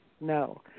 No